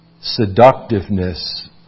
Seductiveness